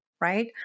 right